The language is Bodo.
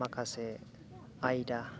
माखासे आयदा